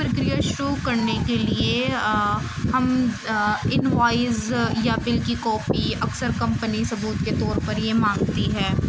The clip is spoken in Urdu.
پرکریا شروع کرنے کے لیے ہم انوائز یا بل کی کاپی اکثر کمپنی ثبوت کے طور پر یہ مانگتی ہے